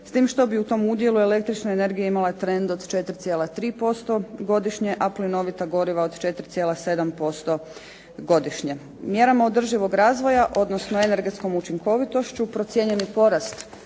s tim što bi u tom udjelu električna energija imala trend od 4,3% godišnje, a plinovita goriva od 4,7% godišnje. Mjerama održivog razvoja odnosno energetskom učinkovitošću procijenjeni porast